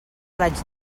raig